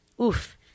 Oof